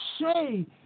say